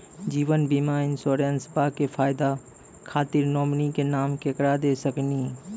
जीवन बीमा इंश्योरेंसबा के फायदा खातिर नोमिनी के नाम केकरा दे सकिनी?